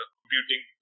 computing